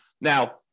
Now